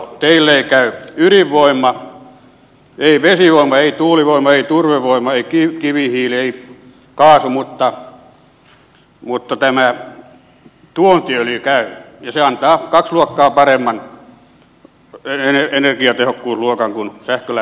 teille ei käy ydinvoima ei vesivoima ei tuulivoima ei turvevoima ei kivihiili ei kaasu mutta tämä tuontiöljy käy ja se antaa kaksi luokkaa paremman energiatehokkuusluokan kuin sähkölämmitteinen talo